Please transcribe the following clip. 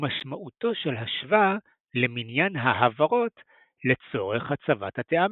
ומשמעותו של השווא למניין ההברות לצורך הצבת הטעמים.